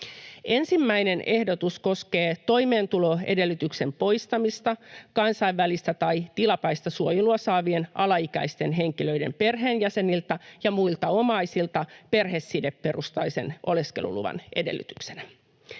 Ensimmäinen ehdotus koskee toimeentuloedellytyksen poistamista kansainvälistä tai tilapäistä suojelua saavien alaikäisten henkilöiden perheenjäseniltä ja muilta omaisilta perhesideperusteisen oleskeluluvan edellytyksenä.